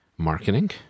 marketing